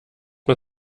mal